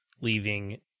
leaving